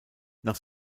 nach